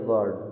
God